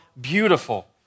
beautiful